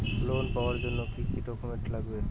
Loan পাওয়ার জন্যে কি কি ডকুমেন্ট লাগবে?